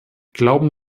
glauben